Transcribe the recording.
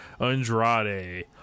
Andrade